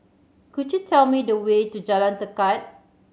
could you tell me the way to Jalan Tekad